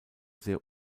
sehr